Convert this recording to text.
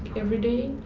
everyday